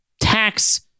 tax